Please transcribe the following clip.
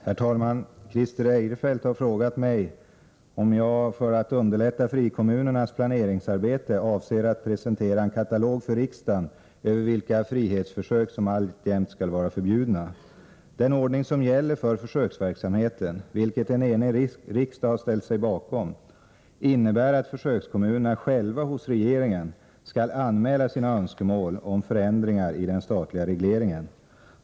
Herr talman! Christer Eirefelt har frågat mig om jag för att underlätta frikommunernas planeringsarbete avser att presentera en katalog för riksdagen över vilka frihetsförsök som alltjämt skall vara förbjudna. Den ordning som gäller för försöksverksamheten, vilken ordning en enig riksdag har ställt sig bakom, innebär att försökskommunerna själva hos regeringen skall anmäla sina önskemål om förändringar i den statliga regleringen.